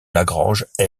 lagrange